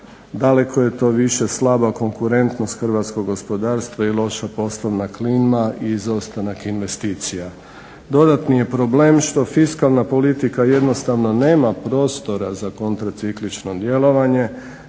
daleko je to više slaba konkurentnost hrvatskog gospodarstva i loša poslovna klima i izostanak investicija. Dodatni je problem što fiskalna politika jednostavno nema prostora za kontra ciklično djelovanje